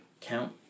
count